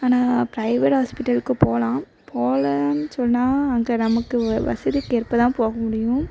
ஆனால் ப்ரைவேட் ஹாஸ்பிட்டலுக்கு போகலாம் போகலன்னு சொன்னால் அங்கு நமக்கு வசதிக்கு ஏற்ப தான் போக முடியும்